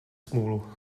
smůlu